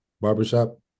barbershop